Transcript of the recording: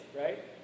right